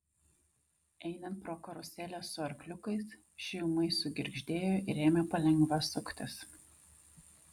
einant pro karuselę su arkliukais ši ūmai sugirgždėjo ir ėmė palengva suktis